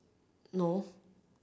no